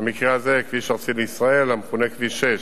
במקרה הזה כביש ארצי לישראל המכונה כביש 6,